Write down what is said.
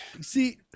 See